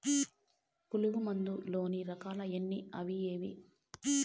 పులుగు మందు లోని రకాల ఎన్ని అవి ఏవి?